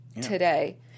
today